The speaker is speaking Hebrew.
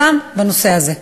גם בנושא הזה.